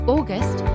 August